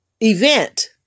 event